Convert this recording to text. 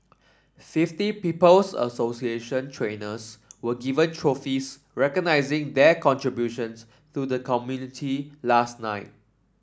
fifty People's Association trainers were given trophies recognising their contributions to the community last night